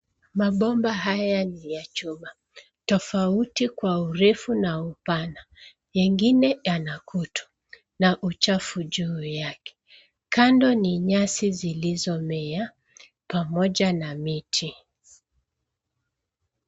Mabomba haya ni ya chuma tofauti kwa urefu na upana nyingine yana kutu na uchafu juu yake. Kando ni nyasi zilizomea pamoja na miti.